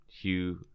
Hugh